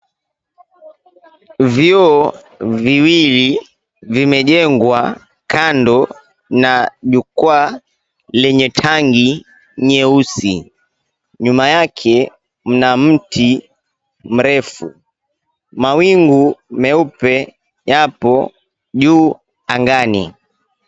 vyoo viwili ,vimejengwa kando na jukwa lenye tangi nyeusi ,nyuma yake mna mti mrefu mawingu meupe yapo juu angani.